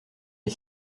est